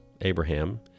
Abraham